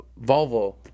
Volvo